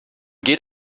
geht